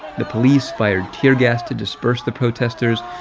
the police fired tear gas to disperse the protesters.